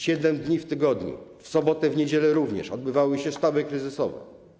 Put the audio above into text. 7 dni w tygodniu, w sobotę, w niedzielę również, odbywały się sztaby kryzysowe.